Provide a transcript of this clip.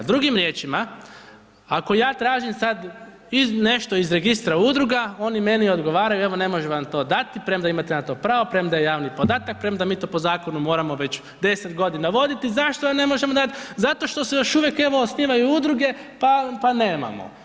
Drugim riječima, ako ja tražim sad nešto iz Registra udruga, oni meni odgovaraju, evo ne možemo vam to dati premda imate na to pravo, premda je javni podatak, premda mi to po zakonu moramo već 10 godina voditi, zašto vam ne možemo dati, zato što se još uvijek evo osnivaju udruge pa nemamo.